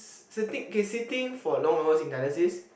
sitting okay sitting for long hours in dialysis